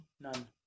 none